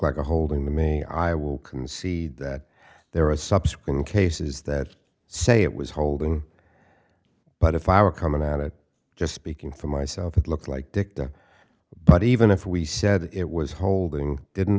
like a holding the maybe i will concede that there are subsequent cases that say it was holding but if i were coming at it just speaking for myself it looked like victor but even if we said it was holding didn't